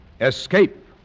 Escape